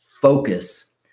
focus